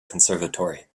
conservatory